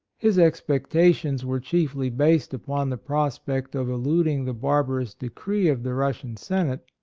his expectations were chiefly based upon the prospect of eluding the barbarous decree of the russian senate,